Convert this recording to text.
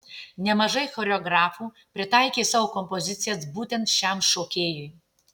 nemažai choreografų pritaikė savo kompozicijas būtent šiam šokėjui